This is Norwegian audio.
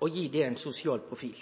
og gi det ein sosial profil.